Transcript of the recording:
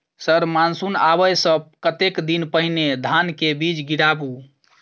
Sir monsoon आबै सऽ कतेक दिन पहिने धान केँ बीज गिराबू?